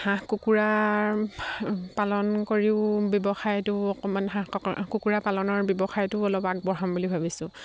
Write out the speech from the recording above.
হাঁহ কুকুৰাৰ পালন কৰিও ব্যৱসায়টো অকমান হাঁহ ককৰা কুকুৰা পালনৰ ব্যৱসায়টো অলপ আগবঢ়াম বুলি ভাবিছোঁ